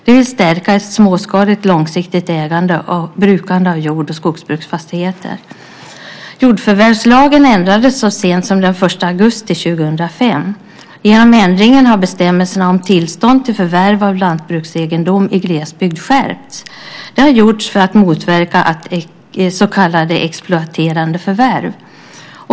De vill stärka ett småskaligt, långsiktigt ägande och brukande av jord och skogsbruksfastigheter. Jordförvärvslagen ändrades så sent som den 1 augusti 2005. Genom ändringen har bestämmelserna om tillstånd till förvärv av lantbruksegendom i glesbygd skärpts. Det har gjorts för att motverka så kallade exploaterande förvärv.